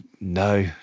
no